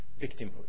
victimhood